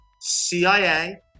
CIA